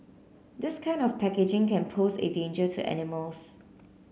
this kind of packaging can pose it danger to animals